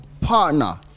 partner